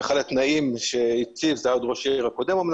אחד התנאים שהציב אז ראש העיר הקודם אבל